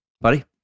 Buddy